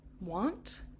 want